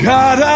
God